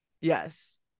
Yes